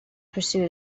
pursue